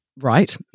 right